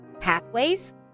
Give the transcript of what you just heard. pathways